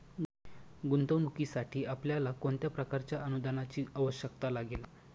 गुंतवणुकीसाठी आपल्याला कोणत्या प्रकारच्या अनुदानाची आवश्यकता लागेल?